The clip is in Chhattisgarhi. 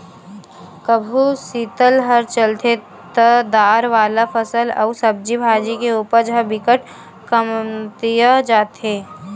कभू सीतलहर चलथे त दार वाला फसल अउ सब्जी भाजी के उपज ह बिकट कमतिया जाथे